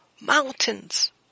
mountains